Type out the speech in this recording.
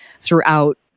throughout